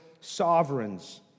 sovereigns